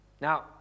Now